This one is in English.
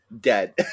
dead